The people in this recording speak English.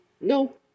No